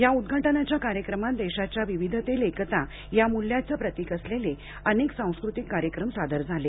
या उद्घाटनाच्या कार्यक्रमात देशाच्या विविधतेतील एकता या मूल्याचं प्रतिक असलेले अनेक सांस्कृतिक कार्यक्रम सादर झाले